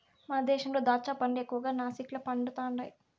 మన దేశంలో దాచ్చా పండ్లు ఎక్కువగా నాసిక్ల పండుతండాయి